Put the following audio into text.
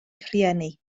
rhieni